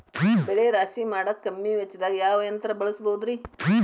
ಬೆಳೆ ರಾಶಿ ಮಾಡಾಕ ಕಮ್ಮಿ ವೆಚ್ಚದಾಗ ಯಾವ ಯಂತ್ರ ಬಳಸಬಹುದುರೇ?